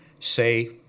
say